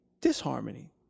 disharmony